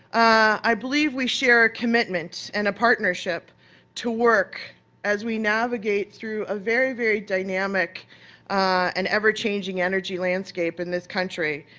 i believe we share a commitment and a partnership to work as we navigate through a very very dynamic and ever-changing energy landscape in this country.